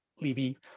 Libby